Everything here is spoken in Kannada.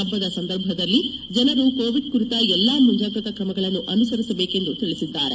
ಹಬ್ಬದ ಸಂದರ್ಭದಲ್ಲಿ ಜನರು ಕೋವಿಡ್ ಕುರಿತ ಎಲ್ಲ ಮುಂಜಾಗ್ರತಾ ಕ್ರಮಗಳನ್ನು ಅನುಸರಿಸಬೇಕು ಎಂದು ತಿಳಿಸಿದ್ದಾರೆ